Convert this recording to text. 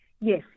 Yes